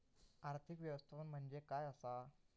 आर्थिक व्यवस्थापन म्हणजे काय असा?